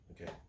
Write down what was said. Okay